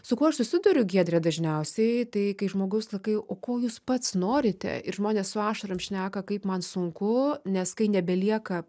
su kuo aš susiduriu giedre dažniausiai tai kai žmogus sakai o ko jūs pats norite ir žmonės su ašarom šneka kaip man sunku nes kai nebelieka